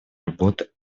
работы